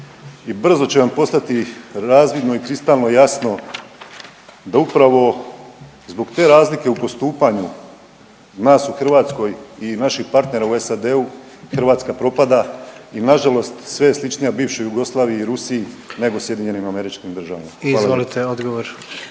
brzo će vam postati razvidno i kristalno jasno da upravo zbog te razlike u postupanju nas u Hrvatskoj i naših partnera u SAD-u Hrvatska propada i nažalost sve je sličnija bivšoj Jugoslaviji i Rusiji nego SAD-u, hvala.